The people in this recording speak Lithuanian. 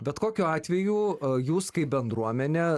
bet kokiu atveju jūs kaip bendruomenė